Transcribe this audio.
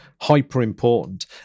hyper-important